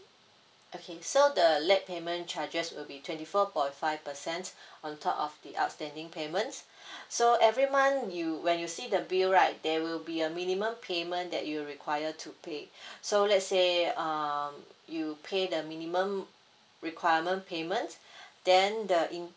okay so the late payment charges will be twenty four point five percent on top of the outstanding payments so every month you when you see the bill right there will be a minimum payment that you require to pay so let's say um you pay the minimum requirement payments then the in